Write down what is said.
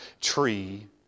tree